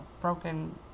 broken